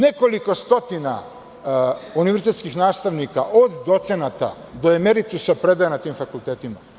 Nekoliko stotina univerzitetskih nastavnika od docenata do emeritusa predaje na tim fakultetima.